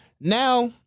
now